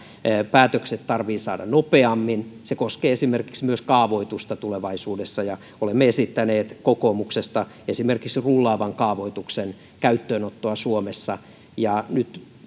päätökset pitää saada nopeammin se koskee esimerkiksi kaavoitusta tulevaisuudessa olemme esittäneet kokoomuksesta esimerkiksi rullaavan kaavoituksen käyttöönottoa suomessa nyt